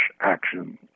action